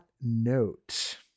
note